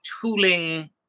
tooling